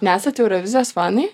nesat eurovizijos fanai